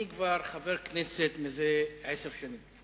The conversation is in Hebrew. אני כבר חבר כנסת זה עשר שנים.